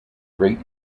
great